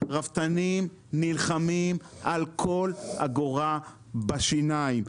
רפתנים נלחמים על כל אגורה בשיניים.